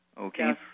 Okay